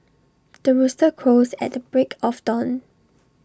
the rooster crows at the break of dawn